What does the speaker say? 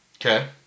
okay